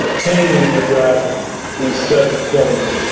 taming the dragon instead of killing it,